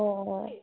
অঁ